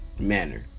manner